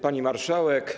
Pani Marszałek!